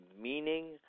meaning